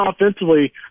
offensively